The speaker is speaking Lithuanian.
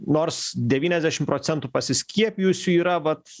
nors devyniasdešim procentų pasiskiepijusių yra vat